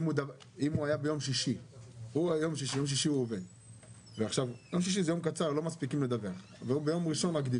אם זה היה ביום שישי והוא לא הספיק לדווח לפני שבת ודיווח ביום ראשון,